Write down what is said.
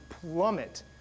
plummet